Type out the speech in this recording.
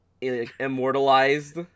immortalized